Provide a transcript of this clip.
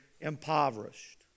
impoverished